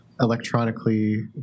electronically